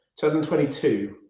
2022